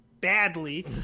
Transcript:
badly